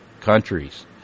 countries